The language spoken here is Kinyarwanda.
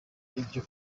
ibyo